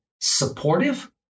supportive